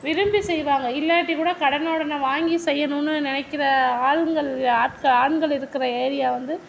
விரும்பி செய்வாங்க இல்லாட்டி கூட கடனை ஒடனை வாங்கி செய்யணுன்னு நினைக்கிற ஆட் ஆண்கள் இருக்கிற ஏரியா வந்து